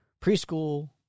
preschool